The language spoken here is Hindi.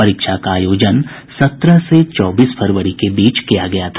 परीक्षा का आयोजन सत्रह से चौबीस फरवरी के बीच किया गया था